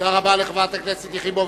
תודה רבה לחברת הכנסת יחימוביץ.